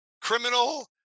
criminal